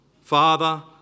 Father